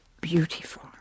beautiful